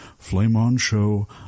Flameonshow